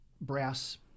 Brass